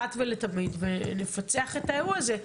אחת לתמיד ונפצח את האירוע הזה,